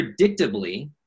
predictably